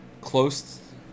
Close